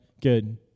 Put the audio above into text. good